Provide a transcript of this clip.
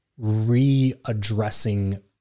readdressing